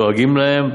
דואגים להם,